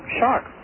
shock